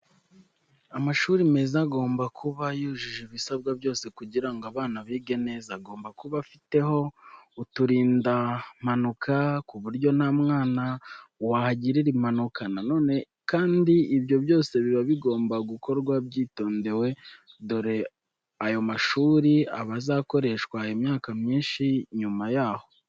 Amashuri meza agomba kuba yujuje ibisabwa byose kugira ngo abana bige neza. Agomba kuba afiteho uturindampanuka ku buryo nta mwana wahagirira impanuka. Nanone kandi, ibyo byose biba bigomba gukorwa byitondewe dore ayo mashuri aba azakoreshwa imyaka myinshi nyuma yaho.